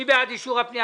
מי מסביר?